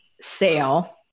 sale